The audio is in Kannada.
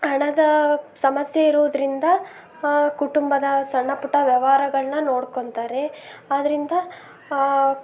ಹಣದ ಸಮಸ್ಯೆ ಇರುವುದರಿಂದ ಕುಟುಂಬದ ಸಣ್ಣಪುಟ್ಟ ವ್ಯವ್ಹಾರಗಳ್ನ ನೋಡ್ಕೊಳ್ತಾರೆ ಆದ್ದರಿಂದ